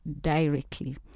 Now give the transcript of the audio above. directly